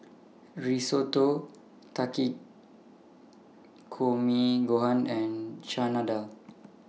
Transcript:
Risotto Takikomi Gohan and Chana Dal